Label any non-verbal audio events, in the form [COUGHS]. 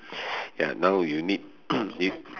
ya now you need [COUGHS] y~